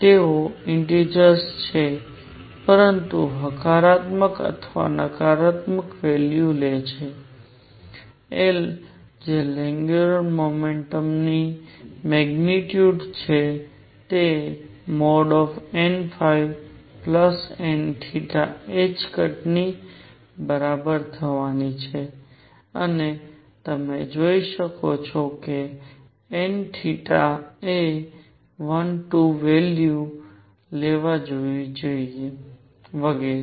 તેઓ ઇન્ટેજર્સ છે પરંતુ હકારાત્મક અને નકારાત્મક વેલ્યુ લે છે L જે એંગ્યુંલર મોમેન્ટમ ની મેગ્નીટ્યુડ છે તે nn ની બરાબર થવાની છે અને તમે જોઈ શકો છો કે n એ 1 2 વેલ્યુ લેવા જોઈએ વગેરે